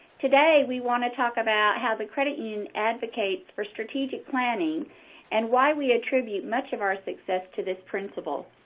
today we want to talk about how the credit union advocates for strategic planning and why we attribute much of our success to this principle.